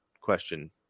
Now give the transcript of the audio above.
question